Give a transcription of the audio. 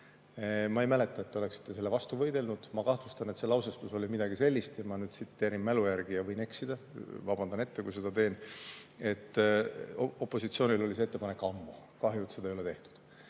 ma ei mäleta, et te oleksite selle vastu võidelnud. Ma kahtlustan, et see lause oli midagi sellist – ma nüüd tsiteerin mälu järgi, võin eksida, vabandan ette, kui seda teen –, et opositsioonil oli see ettepanek ammu, kahju, et seda ei ole tehtud.